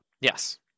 Yes